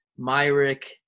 Myrick